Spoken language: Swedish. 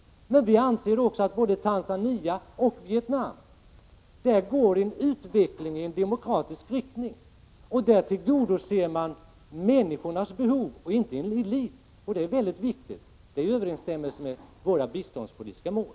Men vi anser att både Tanzania och Vietnam utvecklas i demokratisk riktning. Där tillgodoser man människornas behov och inte elitens, och det är väldigt viktigt och i överensstämmelse med våra biståndspolitiska mål.